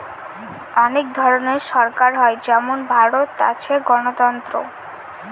অনেক ধরনের সরকার হয় যেমন ভারতে আছে গণতন্ত্র